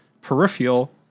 peripheral